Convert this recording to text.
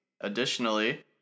Additionally